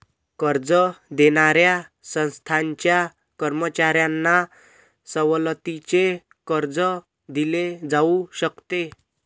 कर्ज देणाऱ्या संस्थांच्या कर्मचाऱ्यांना सवलतीचे कर्ज दिले जाऊ शकते